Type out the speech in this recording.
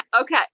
Okay